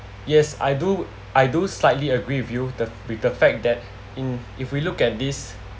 yes I do I do slightly agree with you the with the fact that in if we look at this